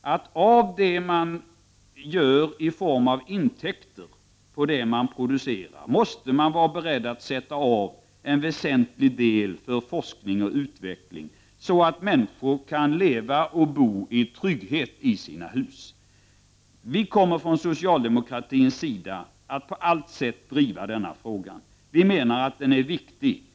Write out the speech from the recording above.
att man av det som kommer in i form av intäkter på det som produceras måste vara beredd att sätta av en väsentlig del för forskning och utveckling, så att människor kan leva och bo i trygghet i sina hus. Vi kommer från socialdemokratins sida att på allt sätt driva denna fråga, som vi menar är viktig.